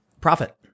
profit